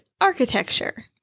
architecture